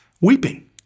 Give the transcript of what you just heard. weeping